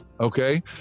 Okay